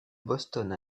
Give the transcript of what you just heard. boston